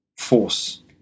force